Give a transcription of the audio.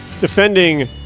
defending